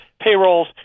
payrolls